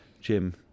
Jim